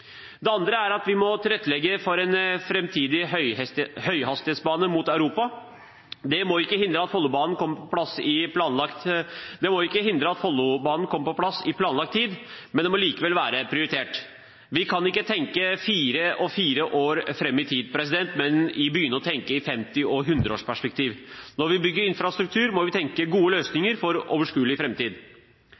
Det andre er at vi må tilrettelegge for en framtidig høyhastighetsbane mot Europa. Det må ikke hindre at Follobanen kommer på plass til planlagt tid, men det må likevel være prioritert. Vi kan ikke tenke fire og fire år fram i tid, men begynne å tenke i femti- og hundreårsperspektiv. Når vi bygger infrastruktur, må vi tenke gode løsninger for overskuelig